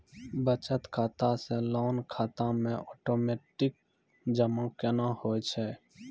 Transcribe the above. बचत खाता से लोन खाता मे ओटोमेटिक जमा केना होय छै?